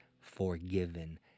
forgiven